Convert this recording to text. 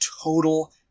total